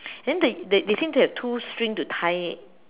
then they they seem to have two strings to tie it